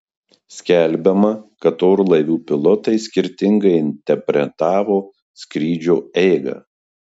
skelbiama kad orlaivių pilotai skirtingai interpretavo skrydžio eigą